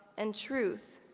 and truth,